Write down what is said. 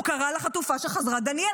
הוא קרא לחטופה שחזרה "דניאל".